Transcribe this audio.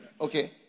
Okay